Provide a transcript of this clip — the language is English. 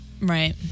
Right